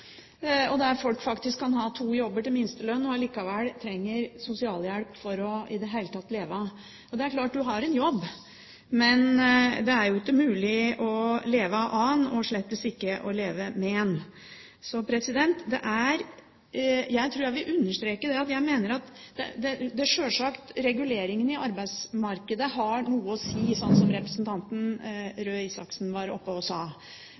USA, der man har dette begrepet som kalles «working poor». Folk der kan faktisk ha to jobber til minstelønn og likevel trenge sosialhjelp for i det hele tatt å kunne leve. Det er klart at man har en jobb, men det er ikke mulig å leve av den – og slett ikke å leve med den. Jeg vil understreke at sjølsagt har reguleringene i arbeidsmarkedet noe å si, som representanten Røe Isaksen sa,